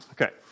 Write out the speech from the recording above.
Okay